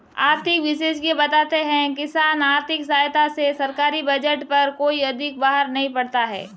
आर्थिक विशेषज्ञ बताते हैं किसान आर्थिक सहायता से सरकारी बजट पर कोई अधिक बाहर नहीं पड़ता है